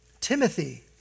Timothy